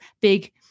big